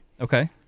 Okay